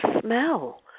smell